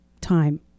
time